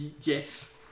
Yes